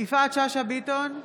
יפעת שאשא ביטון,